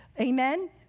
Amen